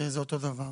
שזה אותו הדבר.